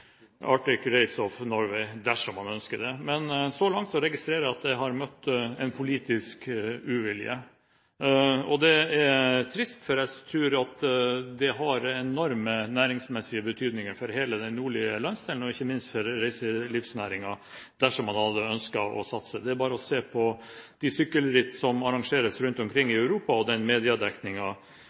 Arctic Race of Norway. Men så langt registrerer jeg at det har møtt politisk uvilje. Det er trist, for jeg tror at det hadde hatt enorm næringsmessig betydning i hele den nordlige landsdelen, ikke minst for reiselivsnæringen, dersom man hadde ønsket å satse. Det er bare å se på sykkelrittene som arrangeres rundt omkring i Europa og den